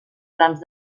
trams